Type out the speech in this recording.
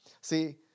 See